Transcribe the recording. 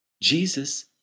Jesus